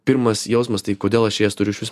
pirmas jausmas tai kodėl aš jas turiu išvis